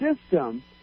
system